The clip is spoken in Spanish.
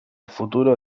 futuro